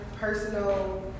personal